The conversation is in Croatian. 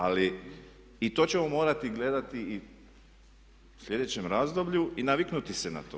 Ali i to ćemo morati gledati i u sljedećem razdoblju i naviknuti se na to.